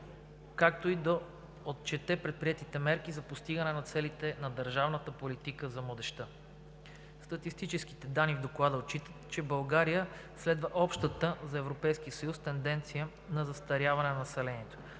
както и да отчете предприетите мерки за постигане на целите на държавната политика за младежта. Статистическите данни в Доклада отчитат, че България следва общата за Европейския съюз тенденция на застаряване на населението.